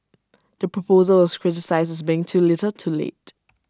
the proposal was criticised as being too little too late